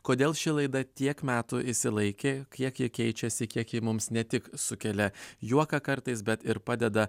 kodėl ši laida tiek metų išsilaikė kiek jie keičiasi kiek ji mums ne tik sukelia juoką kartais bet ir padeda